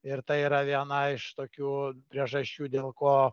ir tai yra viena iš tokių priežasčių dėl ko